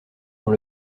dans